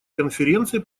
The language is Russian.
конференции